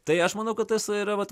tai aš manau kad tas yra vat